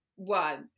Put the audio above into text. One